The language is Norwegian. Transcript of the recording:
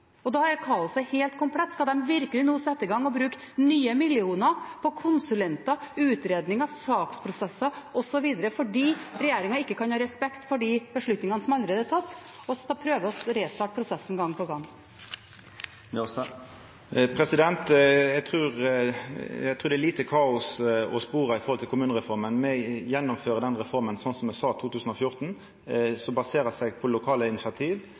vedtak. Da er kaoset helt komplett. Skal de virkelig nå sette i gang og bruke nye millioner på konsulenter, utredninger, saksprosesser og så videre fordi regjeringen ikke kan ha respekt for de beslutningene som allerede er tatt, og skal prøve å restarte prosessen gang på gang? Eg trur det er lite kaos å spora når det gjeld kommunereforma. Me gjennomfører den reforma sånn som me sa i 2014 – ho baserer seg på lokale initiativ,